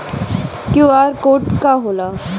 QR code का होला?